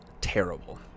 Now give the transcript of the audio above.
terrible